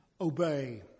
obey